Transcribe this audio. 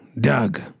Doug